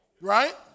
right